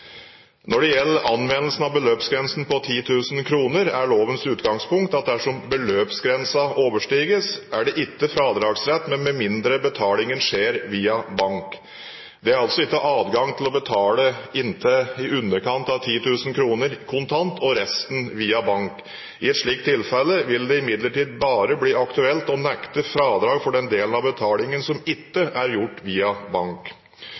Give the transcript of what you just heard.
Når det gjelder anvendelsen av beløpsgrensen på 10 000 kr, er lovens utgangspunkt at dersom beløpsgrensen overstiges, er det ikke fradragsrett med mindre betalingen skjer via bank. Det er altså ikke adgang til å betale inntil i underkant av 10 000 kr kontant og resten via bank. I et slikt tilfelle vil det imidlertid bare bli aktuelt å nekte fradrag for den delen av betalingen som ikke er gjort via bank.